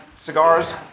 cigars